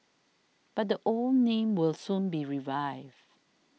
but the old name will soon be revived